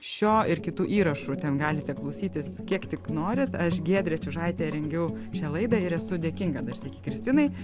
šio ir kitų įrašų ten galite klausytis kiek tik norit aš giedrė čiužaitė rengiau šią laidą ir esu dėkinga dar sykį kristinai